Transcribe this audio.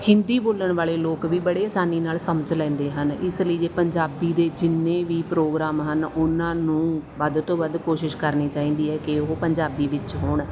ਹਿੰਦੀ ਬੋਲਣ ਵਾਲੇ ਲੋਕ ਵੀ ਬੜੇ ਆਸਾਨੀ ਨਾਲ ਸਮਝ ਲੈਂਦੇ ਹਨ ਇਸ ਲਈ ਜੇ ਪੰਜਾਬੀ ਦੇ ਜਿੰਨੇ ਵੀ ਪ੍ਰੋਗਰਾਮ ਹਨ ਉਨ੍ਹਾਂ ਨੂੰ ਵੱਧ ਤੋਂ ਵੱਧ ਕੋਸ਼ਿਸ਼ ਕਰਨੀ ਚਾਹੀਦੀ ਹੈ ਕਿ ਉਹ ਪੰਜਾਬੀ ਵਿੱਚ ਹੋਣ